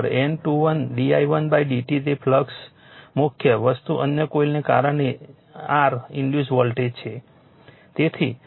તેથી V2 N21 d i1 dt તે flux મુખ્ય વસ્તુ અન્ય કોઇલને કારણે એ r ઇન્ડ્યુસ વોલ્ટેજ છે